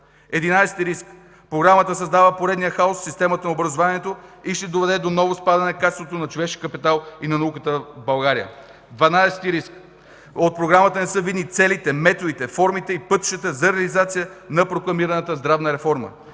Единадесети риск: Програмата създава поредният хаос в системата на образованието и ще доведе до ново спадане на качеството на човешкия капитал и на науката в България. Дванадесети риск: От програмата не са видни целите, методите, формите и пътищата за реализацията на прокламираната здравна реформа.